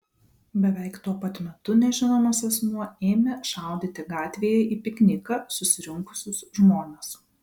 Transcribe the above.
beveik tuo pat metu nežinomas asmuo ėmė šaudyti gatvėje į pikniką susirinkusius žmones